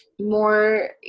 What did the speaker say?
more